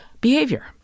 behavior